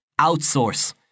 outsource